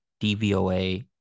DVOA